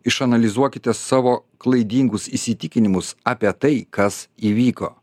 išanalizuokite savo klaidingus įsitikinimus apie tai kas įvyko